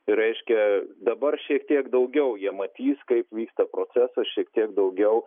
reiškia dabar šiek tiek daugiau jie matys kaip vyksta procesas šiek tiek daugiau